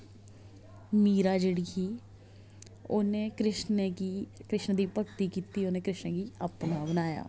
मीरा जेह्ड़ी ही उ'न्ने कृष्ण गी कृष्ण दी भगती कीती उ'न्ने कृष्ण गी अपना बनाया